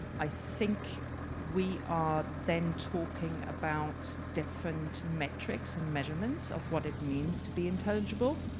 i think we are, then, talking about different metrics and measurements of what it means to be intelligible,